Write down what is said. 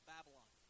Babylon